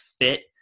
FIT